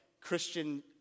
Christian